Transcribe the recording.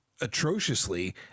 atrociously